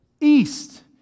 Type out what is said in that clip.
East